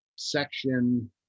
section